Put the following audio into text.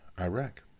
Iraq